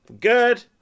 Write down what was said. Good